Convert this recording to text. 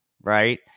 Right